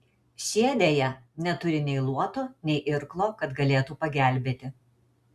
šie deja neturi nei luoto nei irklo kad galėtų pagelbėti